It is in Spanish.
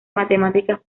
matemáticas